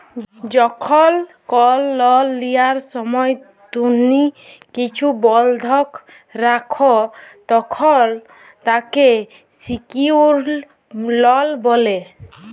যখল কল লল লিয়ার সময় তুম্হি কিছু বল্ধক রাখ, তখল তাকে সিকিউরড লল ব্যলে